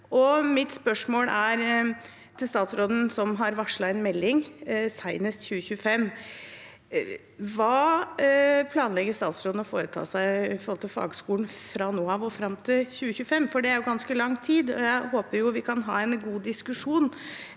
Mitt spørsmål til statsråden, som har varslet en melding senest i 2025, er: Hva planlegger statsråden å foreta seg for fagskolen fra nå og fram til 2025? Det er ganske lang tid, og jeg håper vi kan ha en god diskusjon